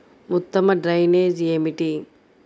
ఉత్తమ డ్రైనేజ్ ఏమిటి?